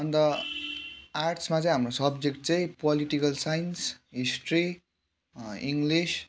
अन्त आर्ट्समा चाहिँ हाम्रो सब्जेक्ट चाहिँ पोलिटिकल साइन्स हिस्ट्री इङ्लिस